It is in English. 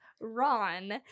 Ron